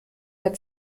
der